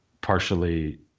Partially